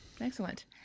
Excellent